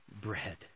bread